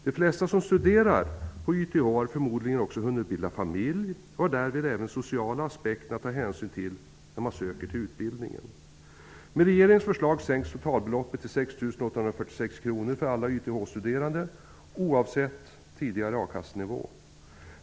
De flesta som studerar på YTH har förmodligen också hunnit bilda familj och har därmed även den sociala aspekten att ta hänsyn till när man söker till utbildningen. 6 846 kr för alla YTH-studerande, oavsett tidigare a-kassenivå.